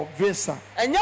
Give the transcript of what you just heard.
visa